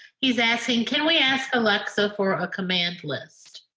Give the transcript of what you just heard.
he's asking can we ask alexa for a command list?